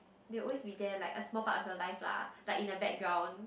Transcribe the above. they always be there like a small part of your life lah like in a background